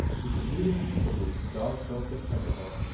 we can do this easily if the dogs don't get scent of us,